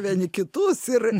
vieni kitus ir